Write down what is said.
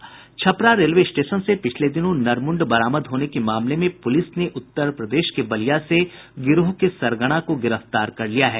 Chhapra railway station से पिछले दिनों नरमुंड बरामद होने के मामले में पुलिस ने उत्तर प्रदेश के बलिया से गिरोह के सरगना को गिरफ्तार कर लिया है